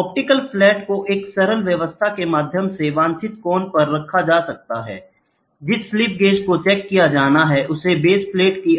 optical flat को एक सरल व्यवस्था के माध्यम से वांछित कोण पर रखा जा सकता है जिस स्लिप गेज को चेक किया जाना है उसे बेस प्लेट की